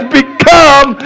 become